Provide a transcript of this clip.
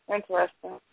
Interesting